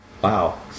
Wow